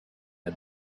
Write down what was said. had